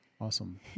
Awesome